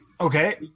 okay